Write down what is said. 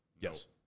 Yes